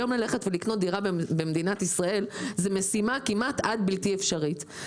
היום ללכת ולקנות דירה במדינת ישראל זו משימה כמעט עד בלתי אפשרית.